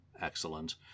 excellent